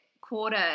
quarter